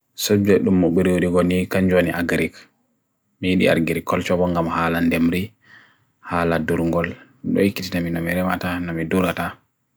subject dum mubiru urigo nii kanjwani agarik nii di agarik culturebongam halan demri halad durungol nidoi kich na mii na mire mata na mii durata